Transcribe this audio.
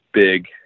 big